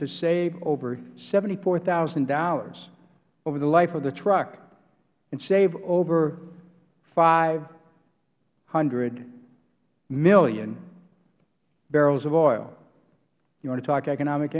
to save over seventy four thousand dollars over the life of the truck and save over five hundred million barrels of oil you want to talk economic